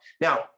Now